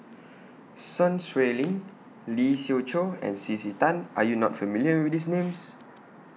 Sun Xueling Lee Siew Choh and C C Tan Are YOU not familiar with These Names